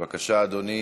בבקשה, אדוני.